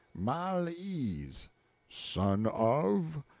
mal-ease. son of?